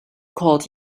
called